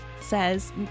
says